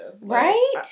right